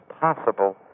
possible